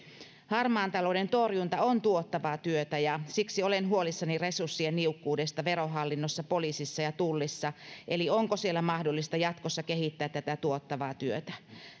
harmaan talouden torjunta on tuottavaa työtä ja siksi olen huolissani resurssien niukkuudesta verohallinnossa poliisissa ja tullissa eli onko siellä mahdollista jatkossa kehittää tätä tuottavaa työtä